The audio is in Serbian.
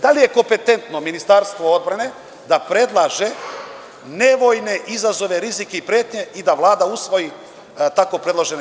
Da li je kompetentno Ministarstvo odbrane da predlaže nevojne izazove, rizike i pretnje i da Vlada usvoji tako predloženo.